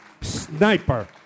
sniper